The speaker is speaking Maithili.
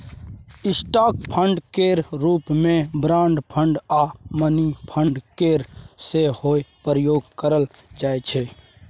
स्टॉक फंड केर रूप मे बॉन्ड फंड आ मनी फंड केर सेहो प्रयोग करल जाइ छै